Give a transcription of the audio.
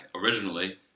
originally